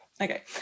Okay